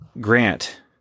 Grant